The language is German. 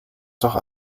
doch